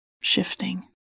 shifting